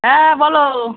হ্যাঁ বলো